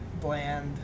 bland